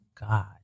God